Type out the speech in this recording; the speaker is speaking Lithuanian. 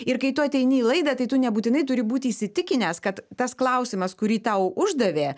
ir kai tu ateini į laidą tai tu nebūtinai turi būti įsitikinęs kad tas klausimas kurį tau uždavė